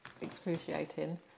excruciating